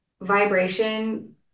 vibration